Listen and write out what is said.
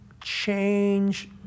change